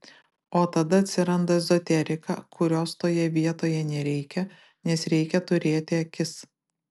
o tada atsiranda ezoterika kurios toje vietoje nereikia nes reikia turėti akis